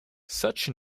such